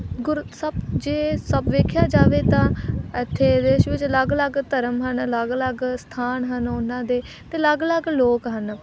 ਗੁਰ ਸਭ ਜੇ ਸਭ ਵੇਖਿਆ ਜਾਵੇ ਤਾਂ ਇੱਥੇ ਦੇਸ਼ ਵਿੱਚ ਅਲੱਗ ਅਲੱਗ ਧਰਮ ਹਨ ਅਲੱਗ ਅਲੱਗ ਸਥਾਨ ਹਨ ਉਹਨਾਂ ਦੇ ਅਤੇ ਅਲੱਗ ਅਲੱਗ ਲੋਕ ਹਨ